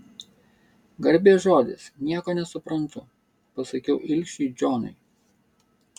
garbės žodis nieko nesuprantu pasakiau ilgšiui džonui